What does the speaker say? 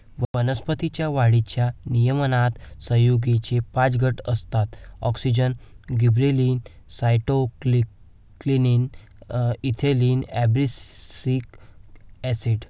वनस्पतीं च्या वाढीच्या नियमनात संयुगेचे पाच गट असतातः auxin, gibberellin, cytokinin, ethylene, abscisic acid